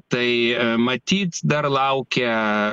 tai matyt dar laukia